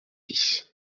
dix